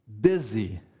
busy